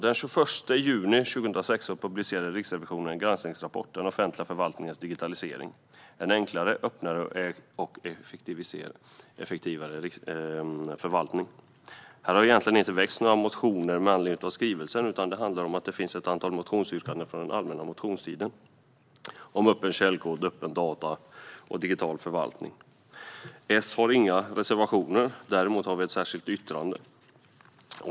Den 21 juni 2016 publicerade Riksrevisionen granskningsrapporten Den offentliga förvaltningens digitaliser ing - En enklare, öppnare och effektivare förvaltning? Det har inte väckts några motioner med anledning av skrivelsen, utan det handlar om att det finns ett antal motionsyrkanden från den allmänna motionstiden om öppen källkod, öppna data och digital förvaltning. S har inga reservationer. Däremot har vi ett särskilt yttrande.